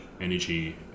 energy